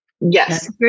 Yes